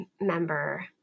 member